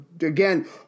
again